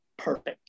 perfect